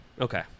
okay